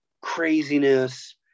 craziness